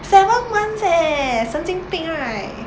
seven months eh 神经病 right